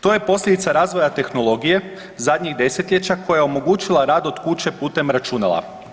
To je posljedica razvoja tehnologije zadnjih desetljeća koja je omogućila rad od kuće putem računala.